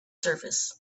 surface